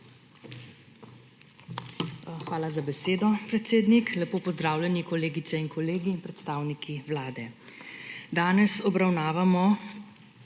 Hvala za besedo, predsednik. Lepo pozdravljeni kolegice in kolegi, predstavniki Vlade! Danes obravnavamo